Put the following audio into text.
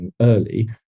early